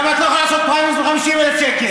למה את לא יכולה לעשות פריימריז ב-50,000 שקל?